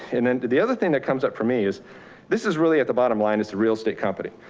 and then the other thing that comes up for me is this is really at the bottom line, it's a real estate company.